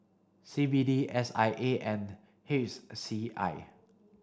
C B D S I A and C I